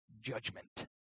judgment